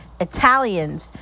Italians